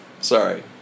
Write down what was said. sorry